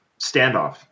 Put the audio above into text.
standoff